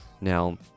Now